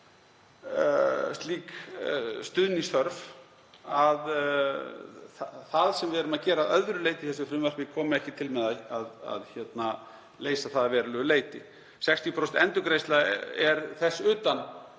slíks stuðnings þörf, að það sem við erum að gera að öðru leyti í þessu frumvarpi komi ekki til með að leysa það að verulegu leyti. 60% endurgreiðsla er þess utan